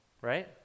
right